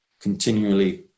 continually